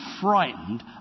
frightened